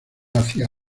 hacia